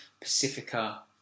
Pacifica